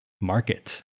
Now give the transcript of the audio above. Market